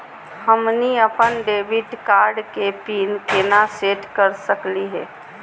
हमनी अपन debit card के पीन केना सेट कर सकली हे?